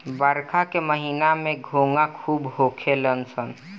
बरखा के महिना में घोंघा खूब होखेल सन